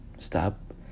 Stop